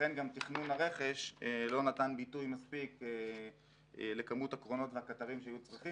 לכן גם תכנון הרכש לא נתן ביטוי מספיק לכמות הקרונות והקטרים שהיו צריכים